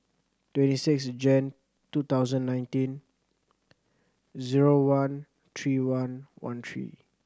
twenty six Jan two thousand nineteen zero one three one one three